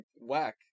Whack